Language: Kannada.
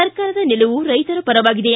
ಸರ್ಕಾರದ ನಿಲುವು ರೈತರ ಪರವಾಗಿದೆ